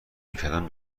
میکردم